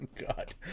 God